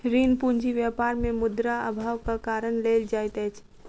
ऋण पूंजी व्यापार मे मुद्रा अभावक कारण लेल जाइत अछि